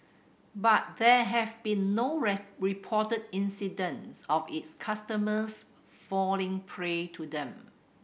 but there have been no reported incidents of its customers falling prey to them